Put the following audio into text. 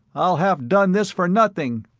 i'll have done this for nothing!